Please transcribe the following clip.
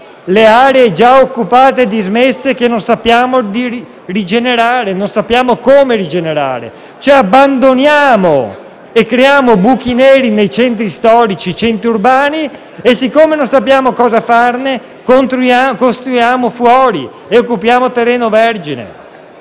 le aree già occupate e dismesse che non sappiamo come rigenerare. Abbandoniamo e creiamo buchi neri nei centri storici e urbani e, poiché non sappiamo cosa farne, costruiamo fuori occupando terreno vergine.